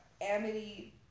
Amity